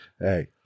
Hey